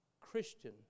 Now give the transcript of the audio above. Christian